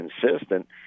consistent